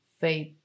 faith